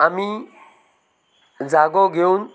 आमी जागो घेवन